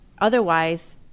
Otherwise